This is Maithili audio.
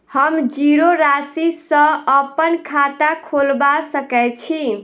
हम जीरो राशि सँ अप्पन खाता खोलबा सकै छी?